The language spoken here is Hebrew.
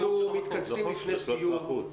אנחנו מתכנסים לקראת סיום.